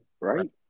right